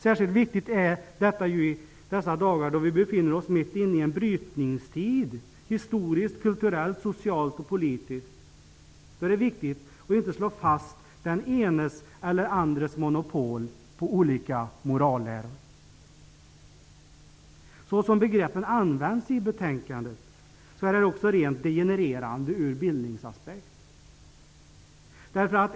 Särskilt i dessa dagar då vi befinner oss i en brytningstid historiskt, kulturellt, socialt och politiskt är det viktigt att inte slå fast den enes eller andres monopol på olika moralläror. Såsom dessa begrepp används i betänkandet blir de också rent degenererande ur bildningsaspekter.